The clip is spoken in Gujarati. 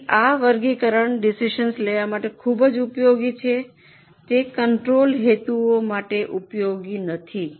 તેથી આ વર્ગીકરણ ડિસિઝન લેવા માટે ખૂબ જ ઉપયોગી છે તે કંટ્રોલ હેતુઓ માટે ઉપયોગી નથી